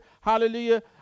hallelujah